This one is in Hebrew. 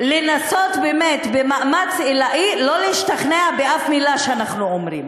לנסות באמת במאמץ עילאי שלא להשתכנע מאף מילה שאנחנו אומרים.